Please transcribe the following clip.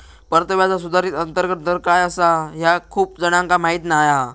परताव्याचा सुधारित अंतर्गत दर काय आसा ह्या खूप जणांका माहीत नाय हा